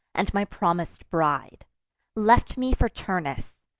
and my promis'd bride left me for turnus.